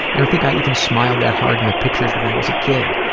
i don't think i even smiled that hard in the pictures when i was kid.